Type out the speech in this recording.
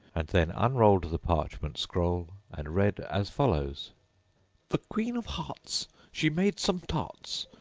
and then unrolled the parchment scroll, and read as follows the queen of hearts, she made some tarts,